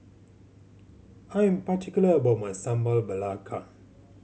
I'm particular about my Sambal Belacan